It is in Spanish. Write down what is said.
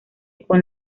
con